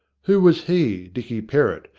who was he, dicky perrott,